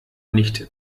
nicht